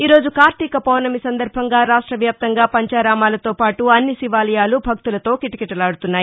ఈ రోజు కార్తీక పౌర్ణమి సందర్బంగా రాష్ట వ్యాప్తంగా పంచారామాలతో పాటు అన్ని శివాలయాలు భక్తులతో కిటకిటలాడుతున్నాయి